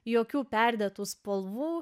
jokių perdėtų spalvų